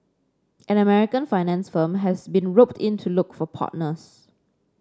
an American finance firm has been roped in to look for partners